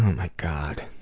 my god.